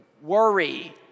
worry